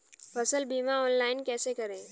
फसल बीमा ऑनलाइन कैसे करें?